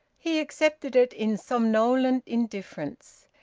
he accepted it in somnolent indifference,